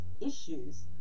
issues